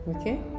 okay